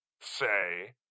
say